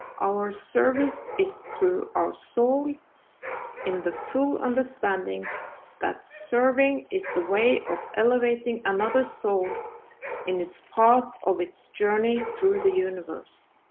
our service is through our soul in the full understanding that serving is the way of elevating another soul in its path of its journey through the universe.